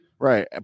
Right